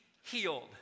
Healed